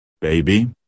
Baby